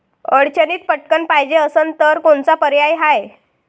अडचणीत पटकण पायजे असन तर कोनचा पर्याय हाय?